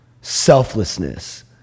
selflessness